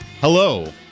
Hello